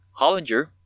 Hollinger